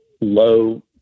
low